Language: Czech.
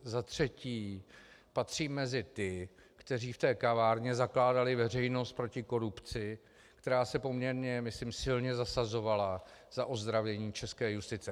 Za třetí, patřím mezi ty, kteří v té kavárně zakládali Veřejnost proti korupci, která se myslím poměrně silně zasazovala za ozdravění české justice.